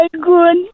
good